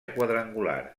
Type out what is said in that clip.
quadrangular